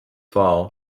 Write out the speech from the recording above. fall